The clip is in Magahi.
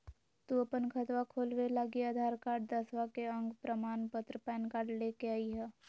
तू अपन खतवा खोलवे लागी आधार कार्ड, दसवां के अक प्रमाण पत्र, पैन कार्ड ले के अइह